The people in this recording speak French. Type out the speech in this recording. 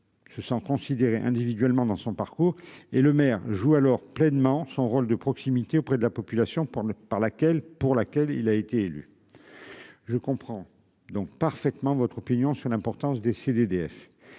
Se sont considérés individuellement dans son parcours et le maire joue alors pleinement son rôle de proximité auprès de la population par le, par laquelle pour laquelle il a été élu. Je comprends donc parfaitement votre opinion sur l'importance d'essayer